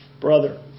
brother